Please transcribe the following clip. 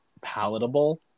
palatable